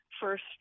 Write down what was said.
first